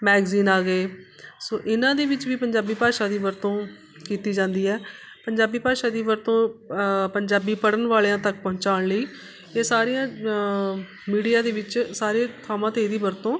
magazine ਆ ਗਏ ਸੋ ਇਹਨਾਂ ਦੇ ਵਿੱਚ ਵੀ ਪੰਜਾਬੀ ਭਾਸ਼ਾ ਦੀ ਵਰਤੋਂ ਕੀਤੀ ਜਾਂਦੀ ਹੈ ਪੰਜਾਬੀ ਭਾਸ਼ਾ ਦੀ ਵਰਤੋਂ ਪੰਜਾਬੀ ਪੜ੍ਹਨ ਵਾਲਿਆਂ ਤੱਕ ਪਹੁੰਚਾਉਣ ਲਈ ਇਹ ਸਾਰੀਆਂ ਮੀਡੀਆ ਦੇ ਵਿੱਚ ਸਾਰੇ ਥਾਵਾਂ 'ਤੇ ਇਹਦੀ ਵਰਤੋਂ